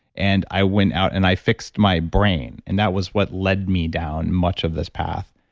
and i went out. and i fixed my brain. and that was what led me down much of this path.